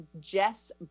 Jess